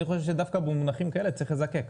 אני חושב שדווקא במונחים כאלה צריך לזקק.